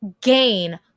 gain